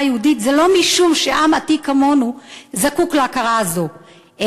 יהודית זה לא משום שעם עתיק כמונו זקוק להכרה הזו,